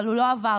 אבל הוא לא עבר,